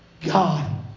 God